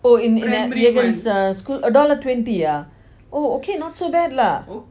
oh in in uh jegan's uh school a dollar twenty ah oh okay not so bad lah